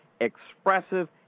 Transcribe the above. expressive